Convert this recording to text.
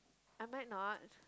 am I not